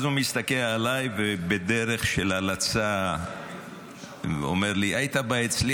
אז הוא מסתכל עליי ובדרך של הלצה אומר לי: היית בא אצלי,